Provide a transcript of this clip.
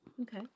Okay